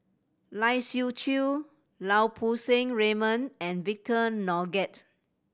Lai Siu Chiu Lau Poo Seng Raymond and Victor Doggett